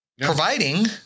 providing